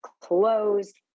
closed